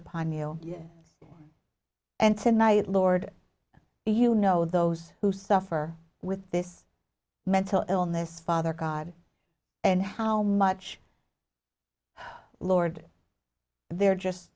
upon you and tonight lord you know those who suffer with this mental illness father god and how much lord they're just